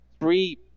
three